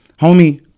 Homie